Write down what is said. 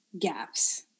gaps